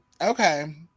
Okay